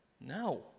No